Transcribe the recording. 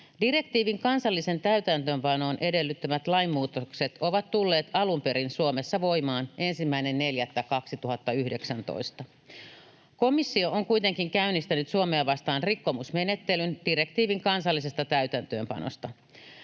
Direktiivin kansallisen täytäntöönpanon edellyttämät lainmuutokset ovat tulleet alun perin Suomessa voimaan 1.4.2019. Komissio on kuitenkin käynnistänyt Suomea vastaan rikkomusmenettelyn direktiivin kansallisesta täytäntöönpanosta.